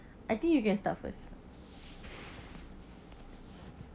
I think you can start first